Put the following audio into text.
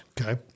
Okay